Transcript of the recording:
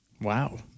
Wow